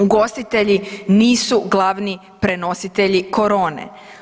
Ugostitelji nisu glavni prenositelji korone.